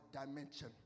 dimension